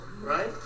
right